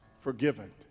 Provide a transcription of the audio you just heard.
forgiven